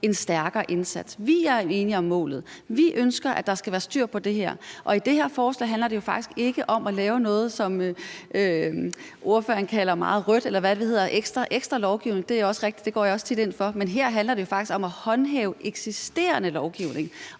en stærkere indsats, så vi er enige om målet og vi ønsker, at der skal være styr på det her? I det her forslag handler det jo faktisk ikke om at lave noget, som ordføreren kalder meget rødt, eller hvad det hedder, altså ekstra lovgivning. Det er også rigtigt, at det går jeg også tit ind for, men her handler det jo faktisk om at håndhæve eksisterende lovgivning,